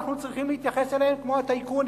אנחנו צריכים להתייחס אליהם כמו לטייקונים,